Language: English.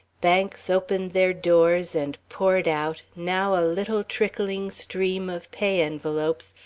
banks opened their doors and poured out, now a little trickling stream of pay envelopes,